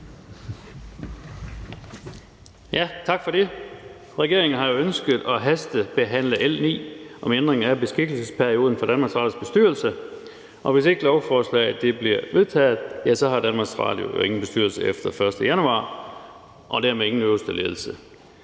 Tak for det. Regeringen har jo ønsket at hastebehandle L 9 om ændring af beskikkelsesperioden for DR's bestyrelse. Og hvis ikke lovforslaget bliver vedtaget, ja, så har DR ingen bestyrelse efter den 1. januar og dermed ingen øverste ledelse.